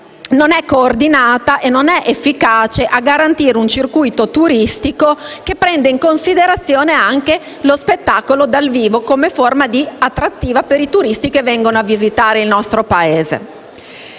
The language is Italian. non è coordinata e non è efficace, ossia tale da garantire un circuito turistico che prenda in considerazione anche lo spettacolo dal vivo come forma di attrattiva per i turisti che vengono a visitare il nostro Paese